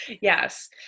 Yes